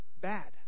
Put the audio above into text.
bad